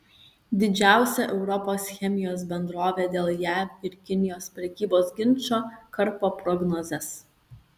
didžiausia europos chemijos bendrovė dėl jav ir kinijos prekybos ginčo karpo prognozes